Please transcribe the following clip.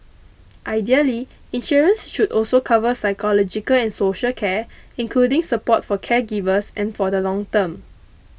ideally insurance should also cover psychological and social care including support for caregivers and for the long term